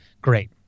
Great